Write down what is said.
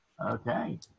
Okay